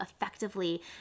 effectively